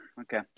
okay